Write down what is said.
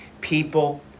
people